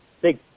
big